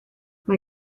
mae